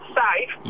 safe